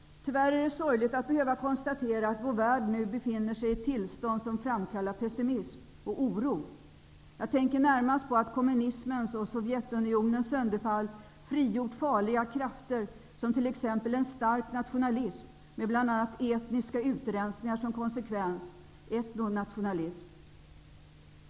Tyvärr är det sorgligt att behöva konstatera att vår värld nu befinner sig i ett tillstånd som framkallar pessimism och oro. Jag tänker närmast på att kommunismens och Sovjetunionens sönderfall frigjort farliga krafter, t.ex. en stark nationalism med bl.a. etniska utrensningar som konsekvens -- etnonationalism.